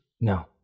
No